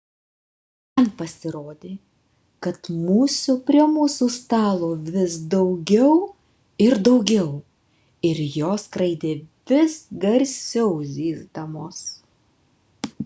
man pasirodė kad musių prie mūsų stalo vis daugiau ir daugiau ir jos skraidė vis garsiau zyzdamos